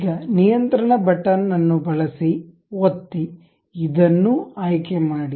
ಈಗ ನಿಯಂತ್ರಣ ಬಟನ್ ಅನ್ನು ಬಳಸಿ ಒತ್ತಿ ಇದನ್ನೂ ಆಯ್ಕೆಮಾಡಿ